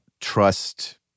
trust